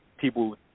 people